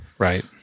Right